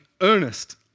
earnest